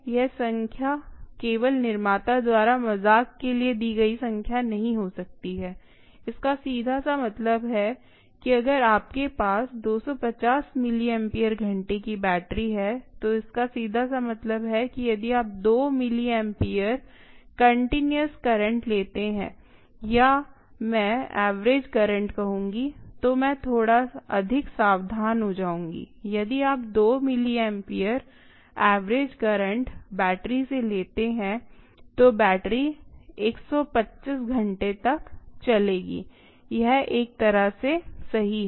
यह संख्या केवल निर्माता द्वारा मज़ाक के लिए दी गई संख्या नहीं हो सकती है इसका सीधा सा मतलब है कि अगर आपके पास 250 मिलिएम्पेयर घंटे की बैटरी है तो इसका सीधा सा मतलब है कि यदि आप 2 मिलिएम्पेयर कंटीन्यूअस करंट लेते हैं या मैं एवरेज करंट कहूँगी तो मैं थोड़ा अधिक सावधान हो जाऊंगी यदि आप 2 मिलिएम्पेयर एवरेज करंट बैटरी से लेते हैं तो बैटरी 125 घंटे तक चलेगी यह एक तरह से सही है